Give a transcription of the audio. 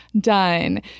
done